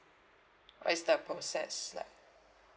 what is the process like